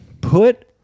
Put